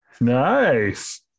Nice